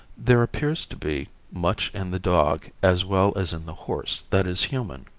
there appears to be much in the dog as well as in the horse that is human,